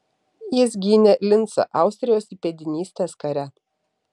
jis gynė lincą austrijos įpėdinystės kare